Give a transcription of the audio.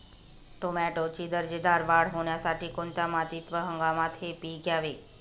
टोमॅटोची दर्जेदार वाढ होण्यासाठी कोणत्या मातीत व हंगामात हे पीक घ्यावे?